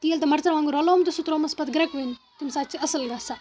تیٖل تہِ مرژٕوانگُن رلووُم تہٕ سُہ ترٛوومَس پَتہٕ گرٛٮ۪کہٕ وٕنۍ تَمہِ ساتہٕ چھِ اَصٕل گژھان